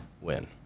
Win